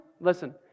Listen